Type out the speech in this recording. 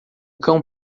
cão